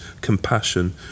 compassion